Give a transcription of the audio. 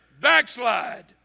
backslide